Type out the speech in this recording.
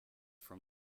from